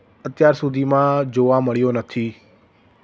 અત્યાર સુધીમાં જોવા મળ્યો નથી